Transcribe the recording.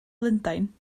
lundain